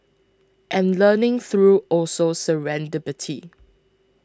and learning through also serendipity